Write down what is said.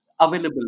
available